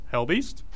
Hellbeast